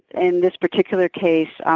in this particular case, um